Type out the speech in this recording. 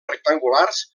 rectangulars